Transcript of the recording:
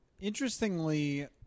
Interestingly